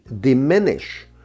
diminish